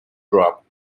drop